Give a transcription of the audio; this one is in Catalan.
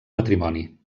matrimoni